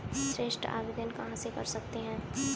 ऋण आवेदन कहां से कर सकते हैं?